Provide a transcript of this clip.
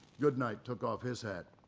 goodnight took off his hat.